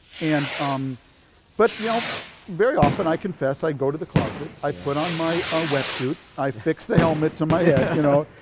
and um but you know very often i confess i go to the closet. i put on my ah wetsuit. i fix the helmet to my head, you know,